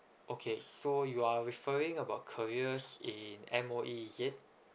okay so you are referring about careers in M_O_E is it